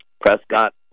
Prescott